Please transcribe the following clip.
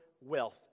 wealth